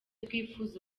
twifuza